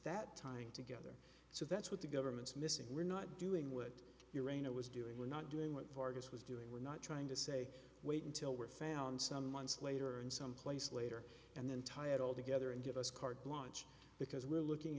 that time together so that's what the government's missing we're not doing what you're a know was doing we're not doing what fargus was doing we're not trying to say wait until we're found some months later and some place later and then tie it all together and give us carte blanche because we're looking